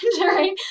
right